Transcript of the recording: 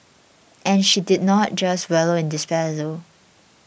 and she did not just wallow in despair though